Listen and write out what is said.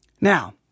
Now